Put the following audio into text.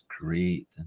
great